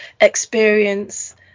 Experience